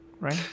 right